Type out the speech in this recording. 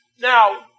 Now